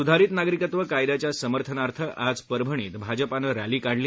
स्धारित नागरिकत्व कायदयाच्या समर्थनार्थ आज परभणीत भाजपानं रॅली काढली